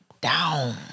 Down